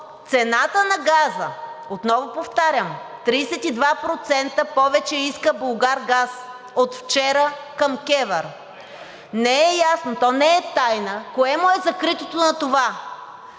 цената на газа, отново повтарям: 32% повече иска „Булгаргаз“ от вчера към КЕВР. (Реплики.) Не е ясно, то не е тайна, кое му е закритото на това?!